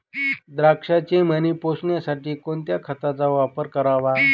द्राक्षाचे मणी पोसण्यासाठी कोणत्या खताचा वापर करावा?